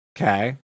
Okay